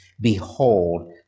Behold